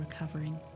recovering